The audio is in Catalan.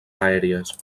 aèries